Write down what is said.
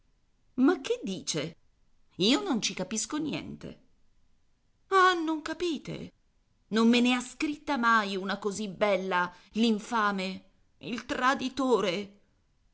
ma che dice io non ci capisco niente ah non capite non me ne ha scritta mai una così bella l'infame il traditore